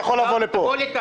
לפה.